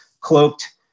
cloaked